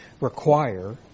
require